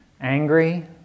Angry